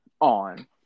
on